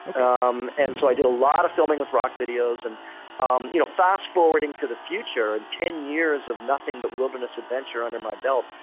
um and so i did a lot of filming with rock videos, and um you know fast forwarding to the future and ten years of nothing but wilderness adventure under my belt,